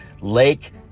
Lake